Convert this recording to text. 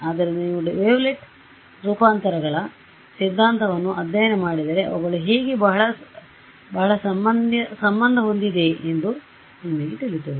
ಆದ್ದರಿಂದ ನೀವು ವೇವ್ಲೆಟ್ ರೂಪಾಂತರಗಳ ಸಿದ್ಧಾಂತವನ್ನು ಅಧ್ಯಯನ ಮಾಡಿದರೆ ಅವುಗಳು ಹೇಗೆ ಬಹಳ ಸಂಬಂಧ ಹೊಂದಿವೆ ಎಂದು ನಿಮಗೆ ತಿಳಿಯುತ್ತದೆ